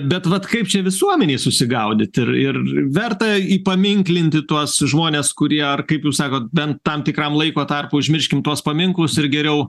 bet vat kaip čia visuomenei susigaudyt ir ir verta įpaminklinti tuos žmones kurie ar kaip jūs sakot bent tam tikram laiko tarpu užmirškime tuos paminklus ir geriau